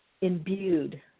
imbued